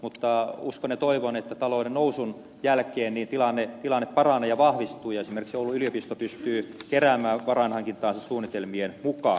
mutta uskon ja toivon että talouden nousun jälkeen tilanne paranee ja vahvistuu ja esimerkiksi oulun yliopisto pystyy keräämään varoja suunnitelmien mukaan